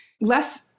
less